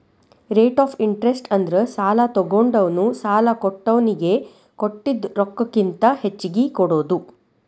rate of interest ಅಂದ್ರ ಸಾಲಾ ತೊಗೊಂಡೋನು ಸಾಲಾ ಕೊಟ್ಟೋನಿಗಿ ಕೊಟ್ಟಿದ್ ರೊಕ್ಕಕ್ಕಿಂತ ಹೆಚ್ಚಿಗಿ ಕೊಡೋದ್